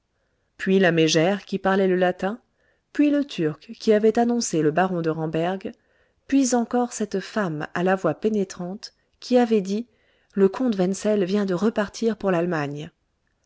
puis la mégère qui parlait le latin puis le turc qui avait annoncé le baron de ramberg puis encore cette femme à la voix pénétrante qui avait dit le comte wenzel viens de repartir pour l'allemagne